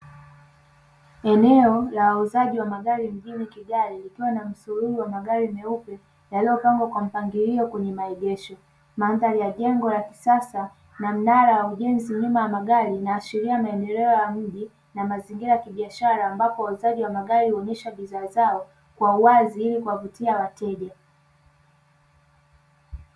Eneo la uuzaji wa magari mjini Kigali likiwa na msururu wa magari meupe yaliyopangwa kwa mpangilio kwenye maegesho. Mandhari ya jengo la kisasa na mnara wa ujenzi nyuma ya magari, inaashiria maendeleo ya mji na mazingira ya kibiashara ambapo wauzaji wa magari huonyesha bidhaa zao kwa uwazi ili kuwavutia wateja.